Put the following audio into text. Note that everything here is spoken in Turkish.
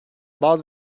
bazı